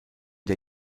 der